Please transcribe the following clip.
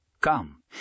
Come